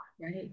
right